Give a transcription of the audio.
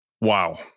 Wow